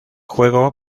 juego